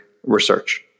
Research